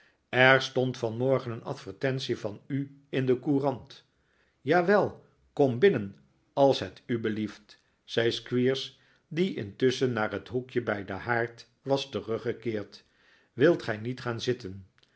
er stond vanmorgen een advertentie van u in de courant jawel kom binnen als het u belieft zei squeers die intusschen naar het hoekje bij den haard was teruggekeerd wilt gij niet gaan zitten